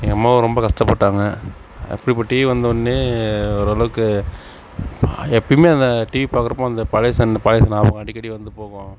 எங்கள் அம்மாவும் ரொம்ப கஷ்டப்பட்டாங்க அப்படி இப்போ டிவி வந்தவொடனே ஓரளவுக்கு எப்போயுமே அந்த டிவி பார்க்கறப்போ அந்த பழசு அந்த பழசு ஞாபகம் அடிக்கடி வந்து போகும்